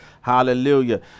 Hallelujah